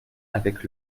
avec